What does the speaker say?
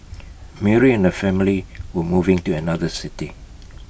Mary and her family were moving to another city